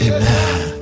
Amen